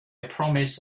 promise